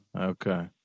okay